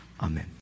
amen